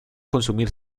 consumir